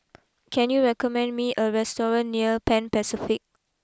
can you recommend me a restaurant near Pan Pacific